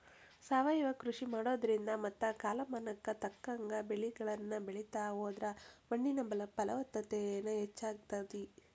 ಸಾವಯವ ಕೃಷಿ ಮಾಡೋದ್ರಿಂದ ಮತ್ತ ಕಾಲಮಾನಕ್ಕ ತಕ್ಕಂಗ ಬೆಳಿಗಳನ್ನ ಬೆಳಿತಾ ಹೋದ್ರ ಮಣ್ಣಿನ ಫಲವತ್ತತೆನು ಹೆಚ್ಚಾಗ್ತೇತಿ